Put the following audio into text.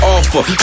Offer